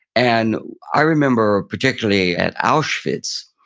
and i remember, particularly at auschwitz,